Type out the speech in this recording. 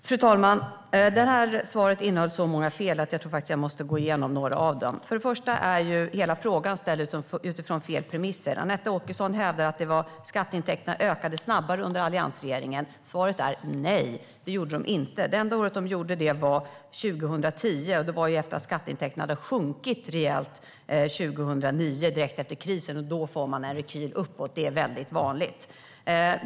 Fru talman! Det här inlägget från Anette Åkesson innehöll så många fel att jag tror att jag måste gå igenom några av dem. För det första är hela frågan ställd utifrån fel premisser. Anette Åkesson hävdar att skatteintäkterna ökade snabbare under alliansregeringen. Nej, det gjorde de inte. Det enda år då de gjorde det var 2010, och det var efter att skatteintäkterna hade sjunkit rejält 2009 direkt efter krisen. Att man i det läget får en rekyl uppåt är väldigt vanligt.